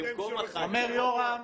אומר יורם,